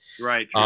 Right